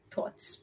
Thoughts